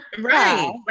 Right